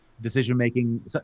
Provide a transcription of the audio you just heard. decision-making